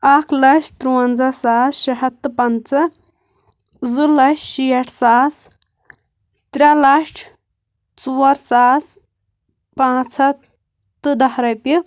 اَکھ لَچھ ترٛوَنٛزہ ساس شیٚے ہتھ تہٕ پنٛژہ زٕ لَچھ شیٹھ ساس ترٛےٚ لَچھ ژور ساس پانٛژھ ہتھ تہٕ دَہ رۄپیہِ